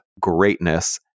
greatness